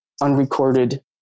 unrecorded